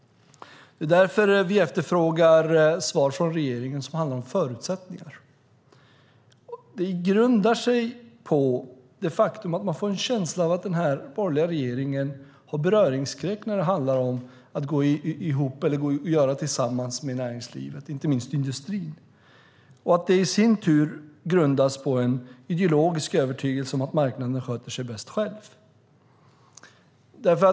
Det är därför vi efterfrågar svar från regeringen som handlar om förutsättningar. Det grundar sig på det faktum att man får en känsla av att den borgerliga regeringen har beröringsskräck när det handlar om att göra något tillsammans med näringslivet, inte minst industrin. Det grundar sig i sin tur på en ideologisk övertygelse om att marknaden sköter sig bäst själv.